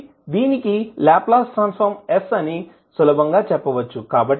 కాబట్టి దీనికి Laplace transform s అని సులభంగా చెప్పవచ్చు